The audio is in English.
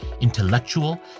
intellectual